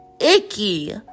icky